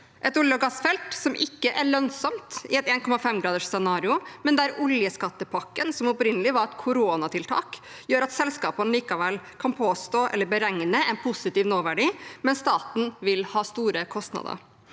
et olje- og gassfelt som ikke er lønnsomt i et 1,5 graders scenario, men der oljeskattepakken, som opprinnelig var et koronatiltak, gjør at selskapene likevel kan beregne en positiv nåverdi, mens staten vil ha store kostnader.